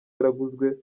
yaraguzwe